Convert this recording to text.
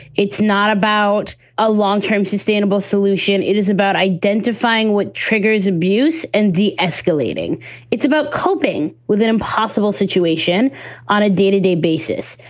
it's not about a long term sustainable solution. it is about identifying what triggers abuse and de-escalating. it's about coping with an impossible situation on a day to day basis.